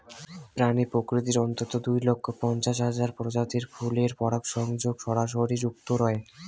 প্রাণী প্রকৃতির অন্ততঃ দুই লক্ষ পঞ্চাশ হাজার প্রজাতির ফুলের পরাগসংযোগে সরাসরি যুক্ত রয়